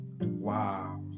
Wow